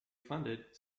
funded